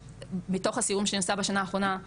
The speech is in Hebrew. בתוך הסיורים שאני עושה בשנה האחרונה,